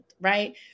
Right